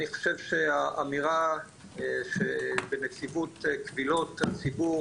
אני חושב שהאמירה שבנציבות קבילות הציבור